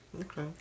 Okay